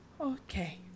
Okay